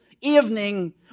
evening